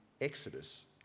Exodus